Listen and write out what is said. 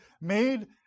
made